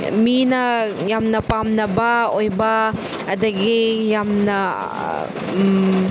ꯃꯤꯅ ꯌꯥꯝꯅ ꯄꯥꯝꯅꯕ ꯑꯣꯏꯕ ꯑꯗꯒꯤ ꯌꯥꯝꯅ